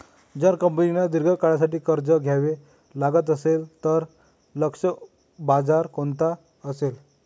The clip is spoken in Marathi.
जर कंपनीला दीर्घ काळासाठी कर्ज घ्यावे लागत असेल, तर लक्ष्य बाजार कोणता असेल?